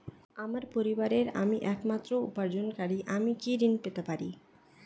আমার পরিবারের আমি একমাত্র উপার্জনকারী আমি কি ঋণ পেতে পারি?